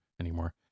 anymore